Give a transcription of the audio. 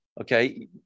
okay